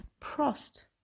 prost